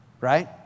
Right